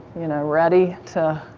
you know, ready to,